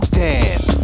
dance